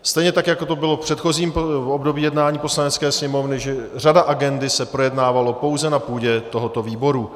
Stejně tak jako to bylo v předchozím období jednání Poslanecké sněmovny, že řada agendy se projednávala pouze na půdě tohoto výboru.